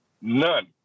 none